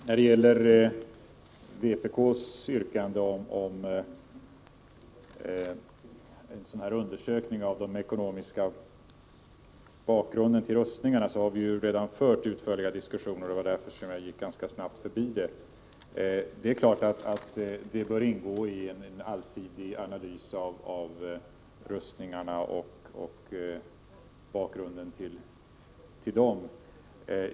Herr talman! Vpk:s yrkande om en undersökning av den ekonomiska bakgrunden till rustningarna har vi redan fört utförliga diskussioner om, och det var därför som jag gick ganska snabbt förbi det. En sådan genomgång bör självfallet ingå i en allsidig analys av rustningarna och bakgrunden till dessa.